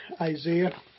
Isaiah